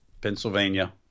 Pennsylvania